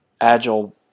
Agile